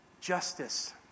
justice